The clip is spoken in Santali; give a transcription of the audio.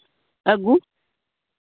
ᱟᱹᱜᱩ